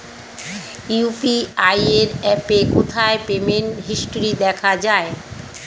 UPI অ্যাপে কোথায় payment history দেখা যায়?